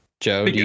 Joe